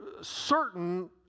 certain